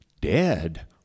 Dead